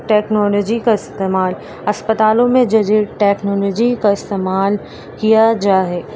technology کا استعمال اسپتالوں میں ٹکنالوجی کا استعمال کیا جاہے